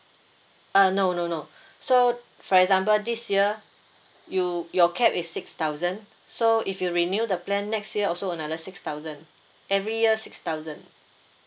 uh no no no so for example this year you your cap is six thousand so if you renew the plan next year also another six thousand every year six thousand